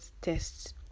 tests